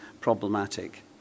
problematic